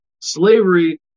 Slavery